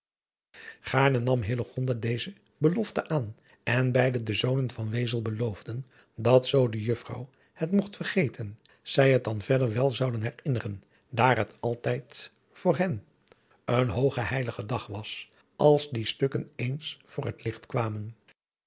gaarne nam hillegonda deze beloste aan en beide de zonen van van wezel beloofden dat zoo de juffrouw het mogt vergeten zij het dan vader wel zouden herinneren daar het altijd voor hen een hooge heilige dag was als die stukken eens voor het licht kwamen